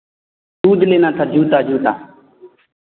shoes लेना था जूता जूता